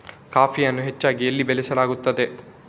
ಕಾಫಿಯನ್ನು ಹೆಚ್ಚಾಗಿ ಎಲ್ಲಿ ಬೆಳಸಲಾಗುತ್ತದೆ?